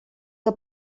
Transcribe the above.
que